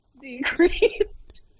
decreased